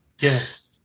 yes